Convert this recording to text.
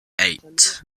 eight